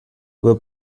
were